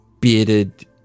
bearded